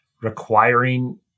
requiring